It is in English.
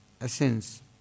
essence